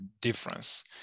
difference